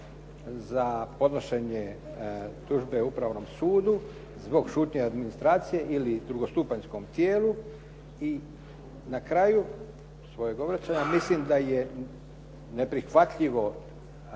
za podnošenje tužbe Upravnom sudu zbog šutnje administracije ili drugostupanjskom tijelu. I na kraju svojeg obraćanja, mislim da je neprihvatljivo,